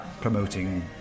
promoting